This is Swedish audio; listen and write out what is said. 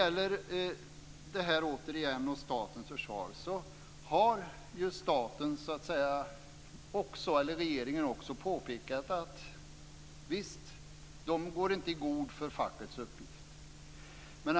När det återigen gäller statens försvar har regeringen påpekat att man visst inte går i god för fackets uppgifter.